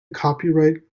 copyright